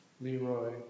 Leroy